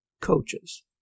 coaches